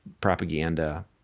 propaganda